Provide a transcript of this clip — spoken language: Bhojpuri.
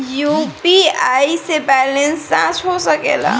यू.पी.आई से बैलेंस जाँच हो सके ला?